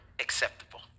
acceptable